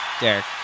Derek